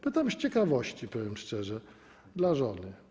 Pytam z ciekawości, powiem szczerze, dla żony.